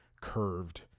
curved